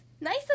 Nice